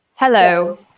Hello